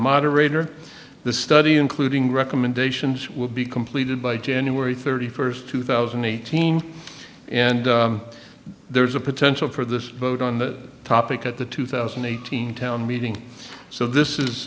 moderator the study including recommendations will be completed by january thirty first two thousand and eighteen and there's a potential for this vote on the topic at the two thousand eight hundred town meeting so this is